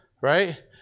right